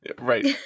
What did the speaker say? Right